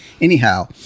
anyhow